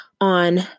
on